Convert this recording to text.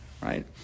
right